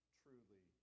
truly